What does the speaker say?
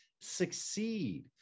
succeed